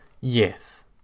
Yes